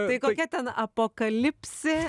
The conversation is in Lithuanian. tai kokia ten apokalipsė